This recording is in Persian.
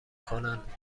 کنند